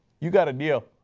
you've got a deal.